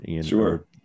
Sure